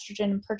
estrogen